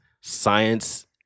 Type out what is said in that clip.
science